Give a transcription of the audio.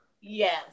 Yes